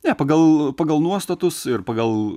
ne pagal pagal nuostatus ir pagal